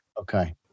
Okay